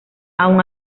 aun